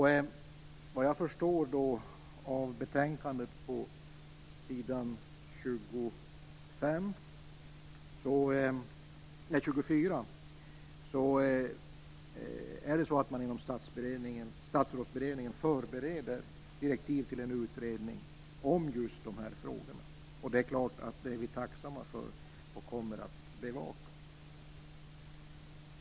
Såvitt jag förstår av s. 24 i betänkandet förbereder man inom Statsrådsberedningen direktiv till en utredning om just de här frågorna. Det är vi så klart tacksamma för och kommer att bevaka.